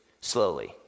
slowly